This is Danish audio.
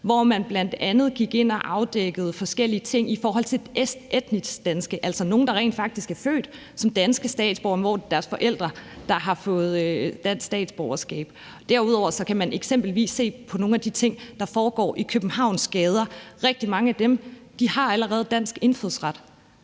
hvor man bl.a. gik ind og afdækkede forskellige ting i forhold til etnisk danske mennesker, altså nogle, der rent faktisk er født som danske statsborgere, og hvor det er deres forældre, der har fået dansk statsborgerskab. Derudover kan man eksempelvis se på nogle af de ting, der foregår i Københavns gader. Rigtig mange af dem, man ser, har allerede dansk indfødsret.